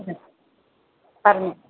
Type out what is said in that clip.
പറഞ്ഞോ